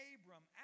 Abram